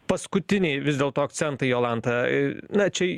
paskutiniai vis dėlto akcentai jolanta į na čia